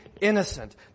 innocent